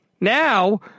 Now